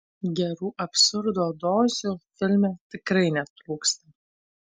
gerų absurdo dozių filme tikrai netrūksta